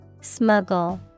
Smuggle